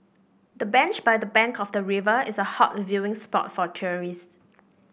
the bench by the bank of the river is a hot viewing spot for tourists